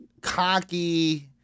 cocky